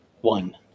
One